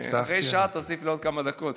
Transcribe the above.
אחרי שעה תוסיף לי עוד כמה דקות,